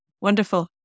Wonderful